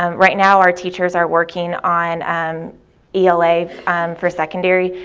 um right now, our teachers are working on um ela um for secondary,